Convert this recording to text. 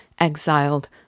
exiled